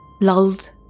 lulled